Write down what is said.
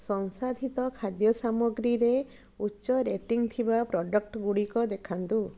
ସଂଶାଧିତ ଖାଦ୍ୟ ସାମଗ୍ରୀରେ ଉଚ୍ଚ ରେଟିଂ ଥିବା ପ୍ରଡ଼କ୍ଟ ଗୁଡ଼ିକ ଦେଖାନ୍ତୁ